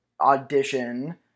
audition